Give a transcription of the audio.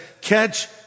catch